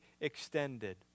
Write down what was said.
extended